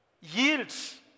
Yields